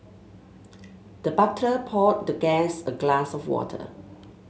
the butler poured the guest a glass of water